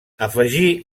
afegí